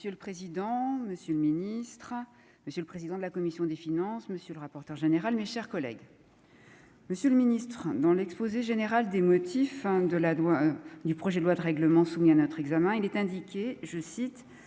Monsieur le président, monsieur le ministre à monsieur le président de la commission des finances, monsieur le rapporteur général, mes chers collègues, monsieur le Ministre, dans l'exposé général des motifs de la loi du projet de loi de règlement soumis à notre examen, il est indiqué, je cite